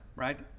Right